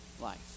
life